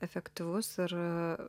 efektyvus ir